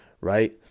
right